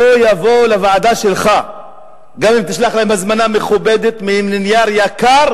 לא יבואו לוועדה שלך גם אם תשלח להם הזמנה מכובדת על נייר יקר